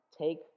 take